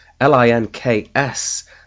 L-I-N-K-S